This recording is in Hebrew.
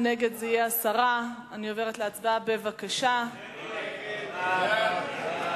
מי שמצביע נגד, מבקש להסיר את הנושא מסדר-היום.